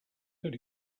that